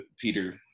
Peter